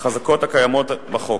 לחזקות הקיימות בחוק,